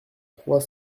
trois